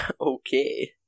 Okay